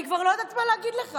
אני כבר לא יודעת מה להגיד לך.